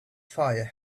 fire